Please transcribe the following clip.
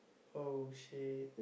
oh shit